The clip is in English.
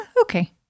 okay